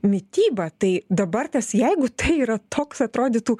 mityba tai dabar tas jeigu tai yra toks atrodytų